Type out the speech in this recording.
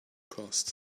cost